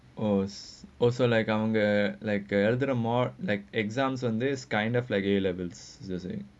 oh so like um uh like uh are there more like exams on this kind of like A levels you saying